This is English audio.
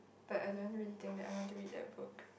but I don't really think that I want to read that book